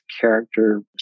character